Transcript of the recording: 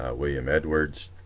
ah william edwards,